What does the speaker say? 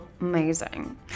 amazing